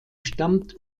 stammt